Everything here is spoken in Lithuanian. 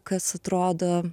kas atrodo